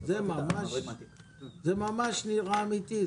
זה ממש נראה אמיתי,